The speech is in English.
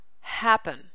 happen